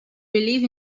believe